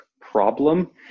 problem